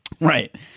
right